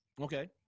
Okay